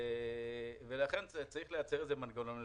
לכן צריך לייצר מנגנון מסוים.